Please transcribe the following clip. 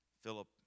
Philip